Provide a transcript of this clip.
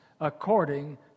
according